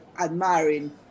admiring